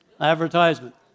advertisement